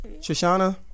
Shoshana